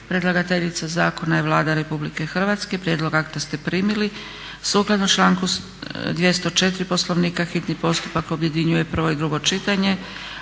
Predlagateljica zakona je Vlada Republike Hrvatske. Prijedlog akta ste primili. Sukladno članku 204. Poslovnika hitni postupak objedinjuje prvo i drugo čitanje.